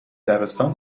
دبستان